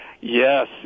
Yes